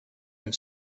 and